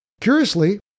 Curiously